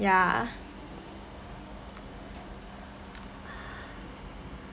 ya